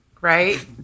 right